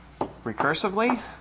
recursively